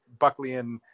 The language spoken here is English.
Buckleyan